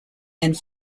and